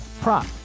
prop